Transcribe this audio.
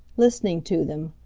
listening to them,